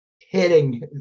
hitting